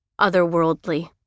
otherworldly